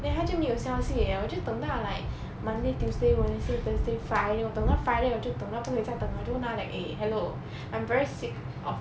then 他就没有消息 eh 我就等到 like monday tuesday wednesday thursday friday 我等到 friday 我就等到不可以在等 liao 我就问他 eh hello I'm very sick of